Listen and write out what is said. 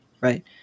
right